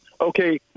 Okay